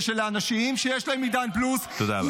שלאנשים שיש להם עידן פלוס -- תודה רבה.